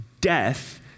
death